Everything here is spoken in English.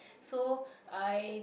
so I